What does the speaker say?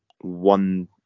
one